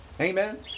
Amen